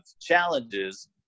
challenges